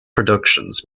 productions